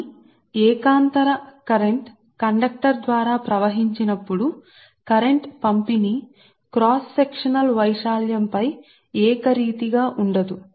కానీ alternating current లేదా AC current ఒక కండక్టర్ ద్వారా ప్రవహించే టప్పుడు ప్రస్తుత పంపిణీ కండక్టర్ క్రాస్ సెక్షనల్ ప్రాంతం పై ఏకరీతిగా ఉండదు